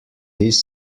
this